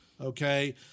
okay